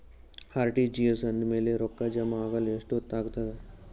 RTGS ಆದ್ಮೇಲೆ ರೊಕ್ಕ ಜಮಾ ಆಗಲು ಎಷ್ಟೊತ್ ಆಗತದ?